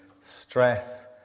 stress